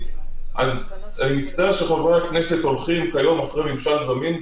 הוועדה כבר נתנה הסמכה